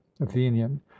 athenian